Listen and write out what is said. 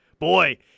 Boy